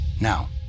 Now